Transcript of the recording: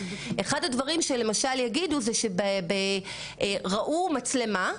אחד הדברים שלמשל יגידו זה שראו מצלמה,